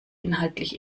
inhaltlich